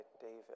David